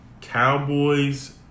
Cowboys